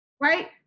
Right